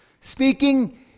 speaking